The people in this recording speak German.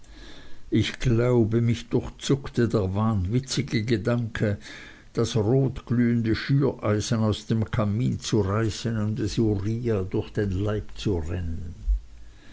ich glaube mich durchzuckte der wahnwitzige gedanke das rotglühende schüreisen aus dem kamin zu reißen und es uriah durch den leib zu rennen